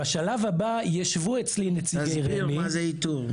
בשלב הבא, יישבו אצלי --- תסביר מה זה איתור?